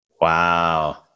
Wow